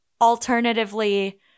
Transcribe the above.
alternatively